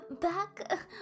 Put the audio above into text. back